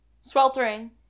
sweltering